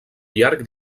llarg